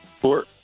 Four